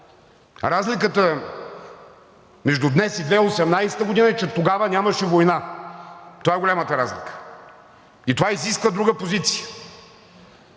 Разликата между днес и 2018 г. е, че тогава нямаше война! Това е голямата разлика. И това изисква друга позиция!